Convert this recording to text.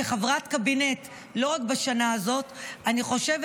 כחברת קבינט לא רק בשנה הזאת אני חושבת